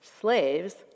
slaves